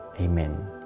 Amen